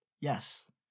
Yes